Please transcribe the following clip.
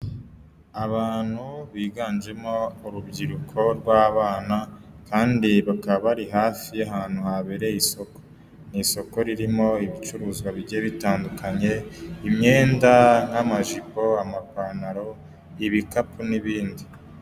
Abantu biganjemo urubyiruko rw'abana kandi bakaba bari hafi y'ahantu habereye isoko. Ni isoko ririmo ibicuruzwa bigiye bitandukanye, imyenda n'amajipo, amapantaro, ibikapu n'ibindi.